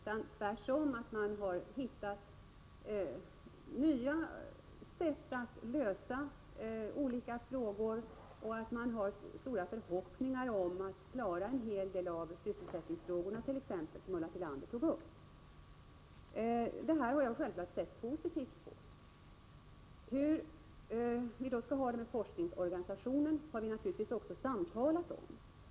Man har tvärtom hittat nya sätt att lösa olika frågor och har stora förhoppningar på att klara en hel del av t.ex. sysselsättningsfrågorna, som Ulla Tillander tog upp. Jag har självfallet sett positivt på detta. Hur vi skall ha det med forskningsorganisationen har vi naturligtvis samtalat om.